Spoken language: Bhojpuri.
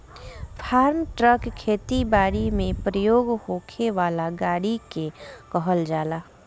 फार्म ट्रक खेती बारी में प्रयोग होखे वाला गाड़ी के कहल जाला